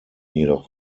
jedoch